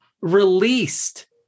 released